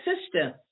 sister